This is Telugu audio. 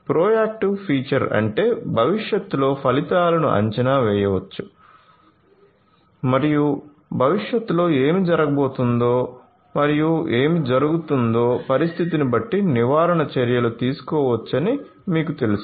ప్రోయాక్టివ్ ఫీచర్ అంటే భవిష్యత్తులో ఫలితాలను అంచనా వేయవచ్చు మరియు మరియు భవిష్యత్తులో ఏమి జరగబోతోందో మరియు ఏమి జరుగుతుందో పరిస్థితిని బట్టి నివారణ చర్యలు తీసుకోవచ్చని మీకు తెలుసు